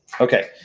okay